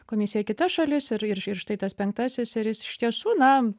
komisiją kitas šalis ir ir štai tas penktasis ir jis iš tiesų na